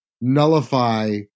nullify